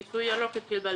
מיסוי ירוק התחיל ב-2009.